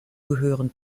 gehören